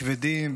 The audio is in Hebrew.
כבדים,